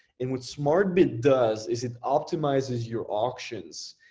and what smart bid does is, it optimizes your auctions,